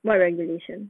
what regulation